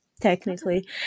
technically